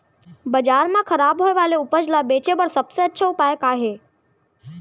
बाजार मा खराब होय वाले उपज ला बेचे बर सबसे अच्छा उपाय का हे?